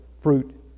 fruit